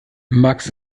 max